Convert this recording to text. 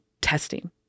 testing